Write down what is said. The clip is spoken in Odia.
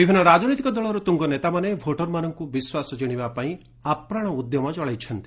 ବିଭିନ୍ନ ରାଜନୈତିକ ଦଳର ତୁଙ୍ଗ ନେତାମାନେ ଭୋଟରମାନଙ୍କର ବିଶ୍ୱାସ ଜିଶିବା ପାଇଁ ଆପ୍ରାଣ ଉଦ୍ୟମ ଚଳାଇଛନ୍ତି